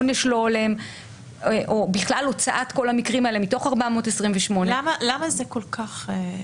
עונש לא הולם או בכלל הוצאת כל המקרים האלה מתוך 428. למה זה כל כך?